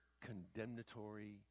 condemnatory